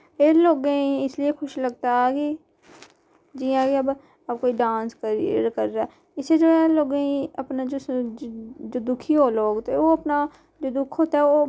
एह् लोकें गी इसलेई खुश लगता ऐ कि जियां कि अब अब कोई डांस कर करा है इससे जो है लोकें गी अपना जो दुखी हो लोक ते ओह् अपना जो दुख होता है ओह्